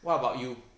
what about you